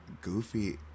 Goofy